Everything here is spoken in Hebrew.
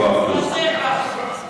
ועדת חוץ.